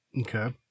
Okay